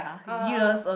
uh